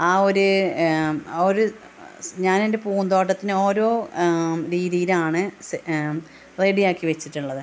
ആ ഒരു ആ ഒരു ഞാൻ എൻ്റെ പൂന്തോട്ടത്തിന് ഓരോ രീതിയിലാണ് റെഡിയാക്കി വെച്ചിട്ടുള്ളത്